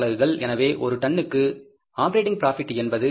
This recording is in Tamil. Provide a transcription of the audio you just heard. எனவே ஒரு டன்னுக்கு ஆப்பரேட்டிங் ப்ராபிட் என்பது எவ்வளவு